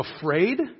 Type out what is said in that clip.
afraid